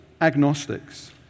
agnostics